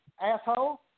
asshole